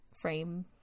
frame